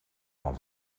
van